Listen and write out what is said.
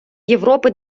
європи